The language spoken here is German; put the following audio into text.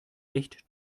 echt